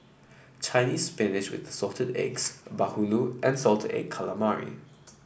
Chinese Spinach with Assorted Eggs bahulu and Salted Egg Calamari